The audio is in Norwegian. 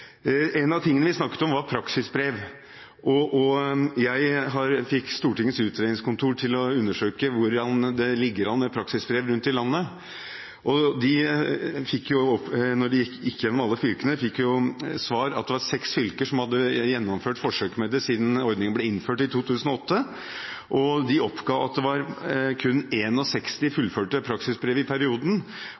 En av tingene vi snakket om, var praksisbrev. Jeg fikk Stortingets utredningsseksjon til å undersøke hvordan det ligger an med ordningen med praksisbrev rundt i landet. Da de gikk gjennom alle fylkene, fikk de til svar at det var seks fylker som hadde gjennomført forsøk med dette siden ordningen ble innført i 2008. De oppga at det kun var 61 fullførte praksisbrev i perioden,